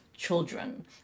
children